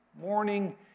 Morning